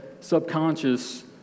subconscious